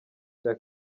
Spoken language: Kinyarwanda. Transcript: cya